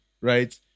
right